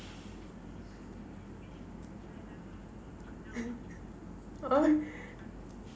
oh